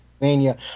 mania